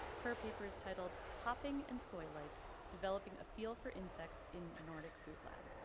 her paper is titled hopping and soy-like developing a feel for insects in nordic food lab.